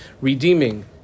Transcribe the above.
redeeming